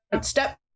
step